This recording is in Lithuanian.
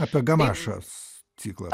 apie gamašą ciklas